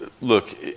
Look